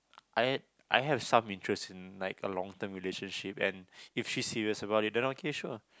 I I have some interest in like a long term relationship and if she's serious about it then okay sure